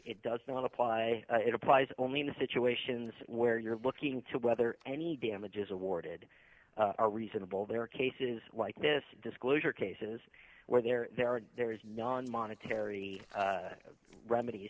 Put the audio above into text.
it does not apply it applies only to situations where you're looking to whether any damages awarded are reasonable there are cases like this disclosure cases where there aren't there is non monetary remedies